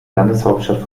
landeshauptstadt